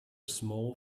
small